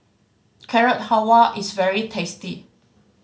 Carrot Halwa is very tasty